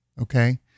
okay